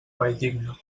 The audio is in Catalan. valldigna